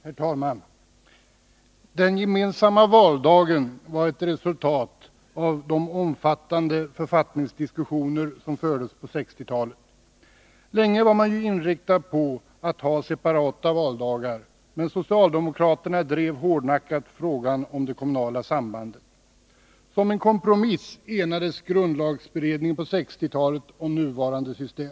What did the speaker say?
Herr talman! Den gemensamma valdagen var ett resultat av de omfattande författningsdiskussioner som fördes på 1960-talet. Länge var man ju inriktad på att ha separata valdagar, men socialdemokraterna drev hårdnackat frågan om ”det kommunala sambandet”. Som en kompromiss enades grundlagberedningen på 1960-talet om nuvarande system.